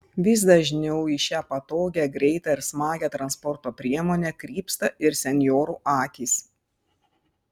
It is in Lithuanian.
vis dažniau į šią patogią greitą ir smagią transporto priemonę krypsta ir senjorų akys